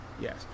Yes